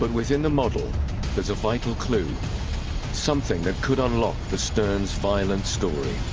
but within the model there's a vital clue something that could unlock the stern's violent story.